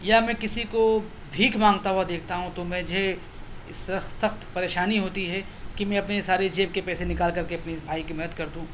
یا میں کسی کو بھیکھ مانگتا ہوا دیکھتا ہوں تو مجھے سخت پریشانی ہوتی ہے کہ میں اپنے سارے جیب کے پیسے نکال کر کے اپنے اس بھائی کی مدد کر دوں